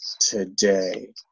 today